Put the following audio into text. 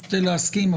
נוטה להסכים,